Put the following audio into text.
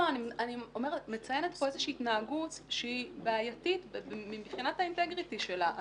אני מציינת כאן איזושהי התנהגות שהיא בעייתית מבחינת האינטגריטי שלה.